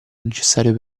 necessario